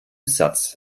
satz